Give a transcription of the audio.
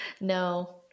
no